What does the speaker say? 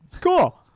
Cool